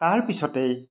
তাৰপিছতেই